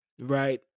right